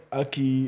aki